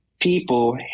people